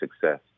success